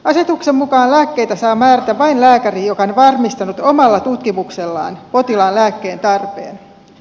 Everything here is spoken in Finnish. asetuksen mukaan lääkkeitä saa määrätä vain lääkäri joka on varmistanut omalla tutkimuksellaan potilaan lääkkeen tarpeen